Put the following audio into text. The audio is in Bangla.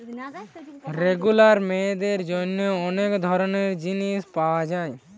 রেগুলার মেয়েদের জন্যে অনেক ধরণের জিনিস পায়া যায়